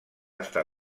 estar